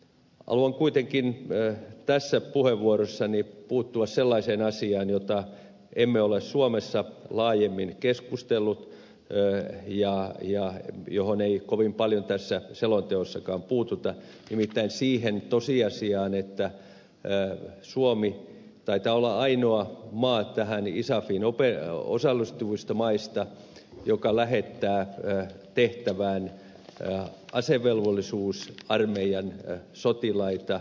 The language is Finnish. haluan kuitenkin tässä puheenvuorossani puuttua sellaiseen asiaan josta emme ole suomessa laajemmin keskustelleet ja johon ei kovin paljon tässä selonteossakaan puututa nimittäin siihen tosiasiaan että suomi taitaa olla ainoa maa tähän isafiin osallistuvista maista joka lähettää tehtävään asevelvollisuusarmeijan sotilaita